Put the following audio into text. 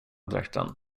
dräkten